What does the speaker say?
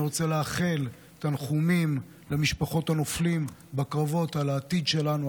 אני רוצה לאחל תנחומים למשפחות הנופלים בקרבות על העתיד שלנו,